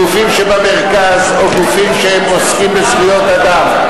גופים שבמרכז או גופים שהם עוסקים בזכויות אדם,